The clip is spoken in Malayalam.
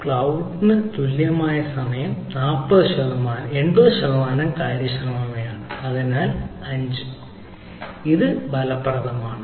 ക്ലൌഡിന് തുല്യമായ സമയം 80 ശതമാനം കാര്യക്ഷമതയാണ് അതിനാൽ 5 അതിനാൽ ഇത് ഫലപ്രദമാണ്